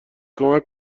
کمک